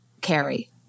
carry